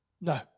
No